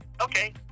Okay